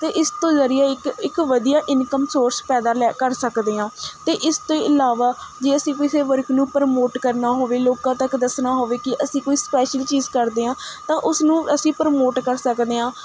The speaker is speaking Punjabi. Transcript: ਅਤੇ ਇਸ ਤੋਂ ਜ਼ਰੀਏ ਇੱਕ ਇੱਕ ਵਧੀਆ ਇਨਕਮ ਸੋਰਸ ਪੈਦਾ ਲੈ ਕਰ ਸਕਦੇ ਹਾਂ ਅਤੇ ਇਸ ਤੋਂ ਇਲਾਵਾ ਜੇ ਅਸੀਂ ਕਿਸੇ ਵਰਕ ਨੂੰ ਪ੍ਰਮੋਟ ਕਰਨਾ ਹੋਵੇ ਲੋਕਾਂ ਤੱਕ ਦੱਸਣਾ ਹੋਵੇ ਕਿ ਅਸੀਂ ਕੋਈ ਸਪੈਸ਼ਲ ਚੀਜ਼ ਕਰਦੇ ਹਾਂ ਤਾਂ ਉਸਨੂੰ ਅਸੀਂ ਪ੍ਰਮੋਟ ਕਰ ਸਕਦੇ ਹਾਂ